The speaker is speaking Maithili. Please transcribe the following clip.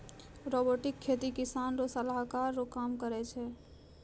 रोबोटिक खेती किसान रो सलाहकार रो काम करै छै